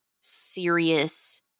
serious—